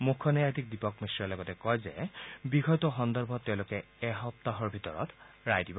মুখ্য ন্যায়াধীশ দীপক মিশ্ৰই লগতে কয় যে বিষয়টো সন্দৰ্ভত তেওঁলোকে এসপ্তাহৰ ভিতৰত ৰায় দিব